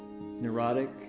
neurotic